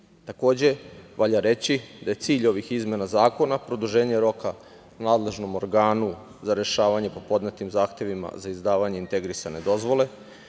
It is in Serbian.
sredine. Takođe, valja reći da je cilj ovih izmena zakona produženje roka nadležnom organu za rešavanje po podnetim zahtevima za izdavanje integrisane dozvole,